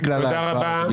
גלעד, תן ליואב להצביע, נו.